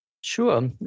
Sure